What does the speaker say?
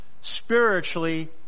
spiritually